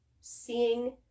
seeing